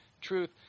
truth